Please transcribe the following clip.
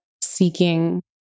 seeking